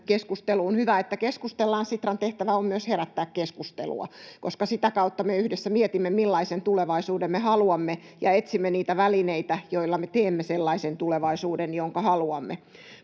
keskusteluun. Hyvä, että keskustellaan. Sitran tehtävä on myös herättää keskustelua, koska sitä kautta me yhdessä mietimme, millaisen tulevaisuuden me haluamme, ja etsimme niitä välineitä, joilla me teemme sellaisen tulevaisuuden, jonka haluamme.